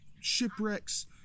shipwrecks